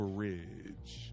Bridge